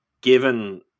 given